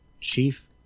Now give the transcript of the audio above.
Chief